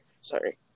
Sorry